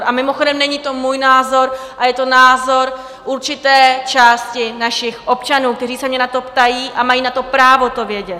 A mimochodem, není to můj názor, je to názor určité části našich občanů, kteří se mě na to ptají a mají právo to vědět.